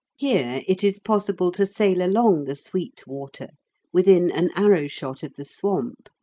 here it is possible to sail along the sweet water within an arrow-shot of the swamp.